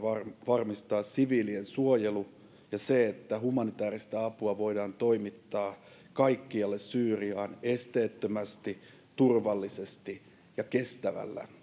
varmistaa siviilien suojelu ja se että humanitääristä apua voidaan toimittaa kaikkialle syyriaan esteettömästi turvallisesti ja kestävällä